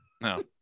no